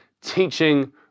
teaching